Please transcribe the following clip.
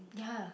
ya